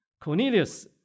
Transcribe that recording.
Cornelius